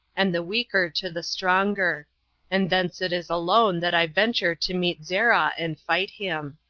and the weaker to the stronger and thence it is alone that i venture to meet zerah, and fight him.